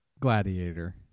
Gladiator